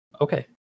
okay